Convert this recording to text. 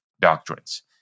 doctrines